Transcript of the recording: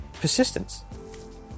persistence